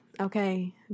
Okay